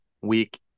week